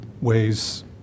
ways